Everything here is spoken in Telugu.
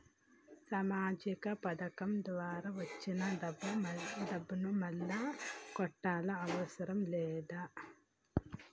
సామాజిక పథకం ద్వారా వచ్చిన డబ్బును మళ్ళా కట్టాలా అవసరం లేదా?